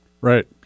right